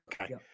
okay